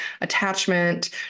attachment